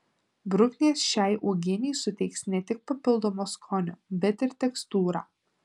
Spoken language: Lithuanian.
bruknės šiai uogienei suteiks ne tik papildomo skonio bet ir tekstūrą